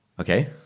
Okay